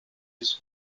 diesem